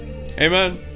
Amen